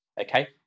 okay